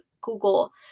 Google